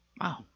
Wow